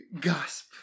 Gasp